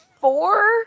four